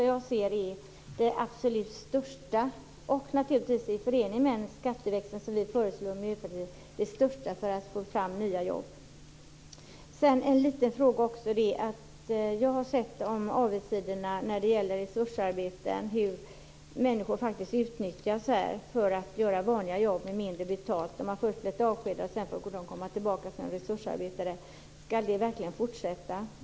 Jag ser arbetstidsförkortningen i förening med en skatteväxling, som vi i Miljöpartiet föreslår, som det absolut viktigaste för att få fram nya jobb. Sedan har jag en liten fråga. Jag har sett avigsidorna med resursarbete, hur människor faktiskt utnyttjas för att utföra vanliga jobb med mindre betalt. Människor blir först avskedade men får sedan komma tillbaka som resursarbetare. Skall detta verkligen fortsätta?